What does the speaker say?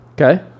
Okay